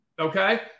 Okay